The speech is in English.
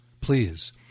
please